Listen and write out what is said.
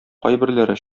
кайберләре